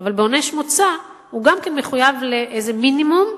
אבל בעונש מוצא הוא גם כן מחויב לאיזה מינימום,